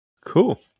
Cool